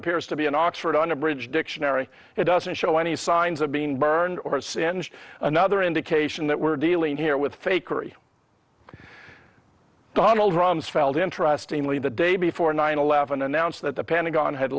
appears to be an oxford unabridged dictionary it doesn't show any signs of being burned or singed another indication that we're dealing here with fakery donald rumsfeld interestingly the day before nine eleven announced that the pentagon had